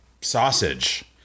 sausage